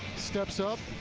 steps up,